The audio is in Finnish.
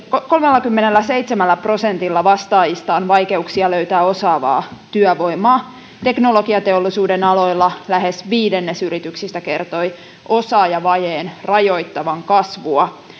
kolmellakymmenelläseitsemällä prosentilla vastaajista on vaikeuksia löytää osaavaa työvoimaa ja teknologiateollisuuden aloilla lähes viidennes yrityksistä kertoi osaajavajeen rajoittavan kasvua